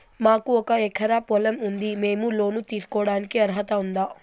మాకు ఒక ఎకరా పొలం ఉంది మేము లోను తీసుకోడానికి అర్హత ఉందా